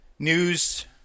news